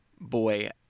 boy